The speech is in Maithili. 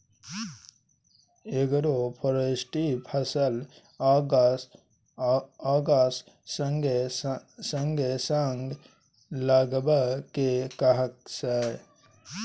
एग्रोफोरेस्ट्री फसल आ गाछ संगे संग लगेबा केँ कहय छै